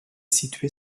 située